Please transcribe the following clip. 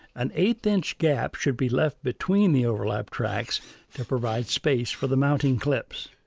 an eighth inch gap should be left between the overlap tracks to provide space for the mounting clips.